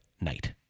night